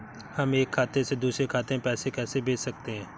हम एक खाते से दूसरे खाते में पैसे कैसे भेज सकते हैं?